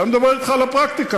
עכשיו אני מדבר אתך על הפרקטיקה.